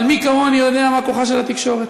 אבל מי כמוני יודע מה כוחה של התקשורת?